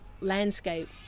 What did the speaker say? landscape